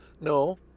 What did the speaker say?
No